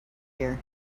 here